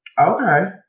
Okay